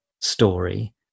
story